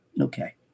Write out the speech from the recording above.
Okay